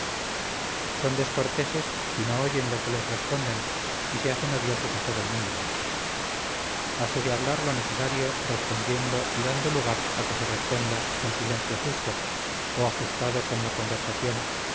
son descorteses si no oyen lo que les responden y se hacen odiosos a todo el mundo hase de hablar lo necesario respondiendo y dando lugar a que se responda con silencio justo o ajustado con la conversación